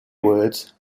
words